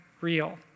real